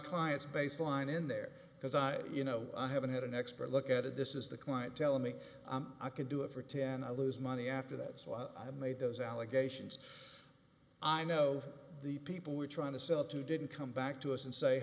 clients baseline in there because i you know i haven't had an expert look at it this is the client telling me i'm a can do it for ten i lose money after that so i made those allegations i know the people who are trying to sell to didn't come back to us and say